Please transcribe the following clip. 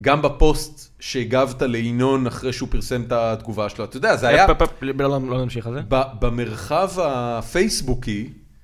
גם בפוסט שהגבת לינון אחרי שהוא פרסם את התגובה שלו, אתה יודע, זה היה... לא נמשיך בזה. במרחב הפייסבוקי...